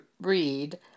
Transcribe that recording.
read